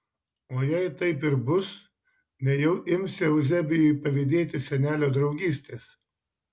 o jei taip ir bus nejau imsi euzebijui pavydėti senelio draugystės